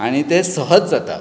आनी ते सहज जाता